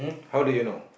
how do you know